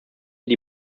die